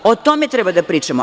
O tome treba da pričamo.